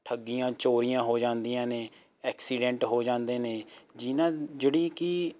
ਠੱਗੀਆਂ ਚੋਰੀਆਂ ਹੋ ਜਾਂਦੀਆ ਨੇ ਐਕਸੀਡੈਂਟ ਹੋ ਜਾਂਦੇ ਨੇ ਜਿਹਨਾਂ ਜਿਹੜੀ ਕਿ